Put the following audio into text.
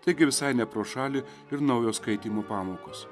taigi visai ne pro šalį ir naujo skaitymo pamokos